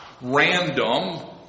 random